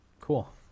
Cool